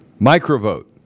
MicroVote